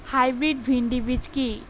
Hybrid ভীন্ডি বীজ কি?